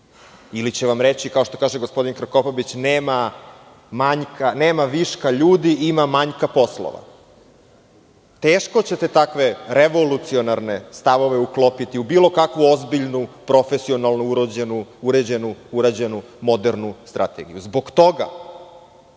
ili će vam reći kao što kaže gospodin Krkobabić – nema viška ljudi, ima manjka poslova. Teško ćete takve revolucionarne stavove uklopiti u bilo kakvu ozbiljnu, profesionalno urađenu modernu strategiju. Zbog toga